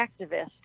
activist